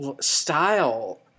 style